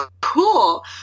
cool